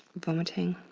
vomiting,